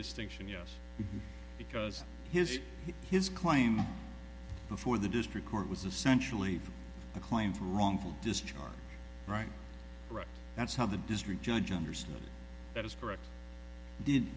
distinction yes because his his claim before the district court was essentially a claim for wrongful discharge right that's how the district judge understood it was correct did